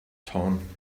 tone